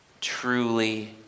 truly